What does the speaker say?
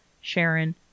Sharon